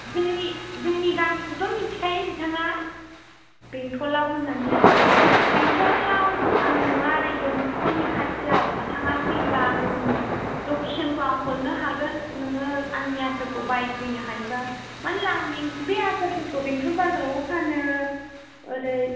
जोंनि जोंनि गामिखौथ' मिथिखायो बिथाङा बेंटलाव होननानै बेंटलाव आंनि न'आ ओरै डन बस्क'नि खाथियाव बिथाङा फैयोबा आंनि लकेसनखौ आं हरनो हागोन नोङो आंनि आसारखौ बायनो हायोबा माने लां बे आसारफोरखौ बेंटल बाजारावबो फानो ओरै